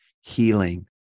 healing